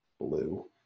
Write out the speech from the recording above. blue